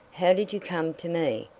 how did you come to me?